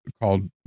called